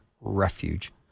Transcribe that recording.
refuge